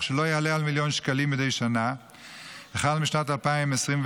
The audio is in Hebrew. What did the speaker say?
שלא יעלה על מיליון שקלים מדי שנה החל בשנת 2026,